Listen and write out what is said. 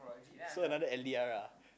so another L_D_R ah